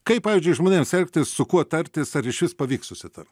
kaip pavyzdžiui žmonėms elgtis su kuo tartis ar išvis pavyks susitarti